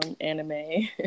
anime